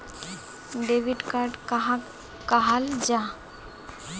Debit card कहाक कहाल जाहा जाहा?